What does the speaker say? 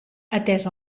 atés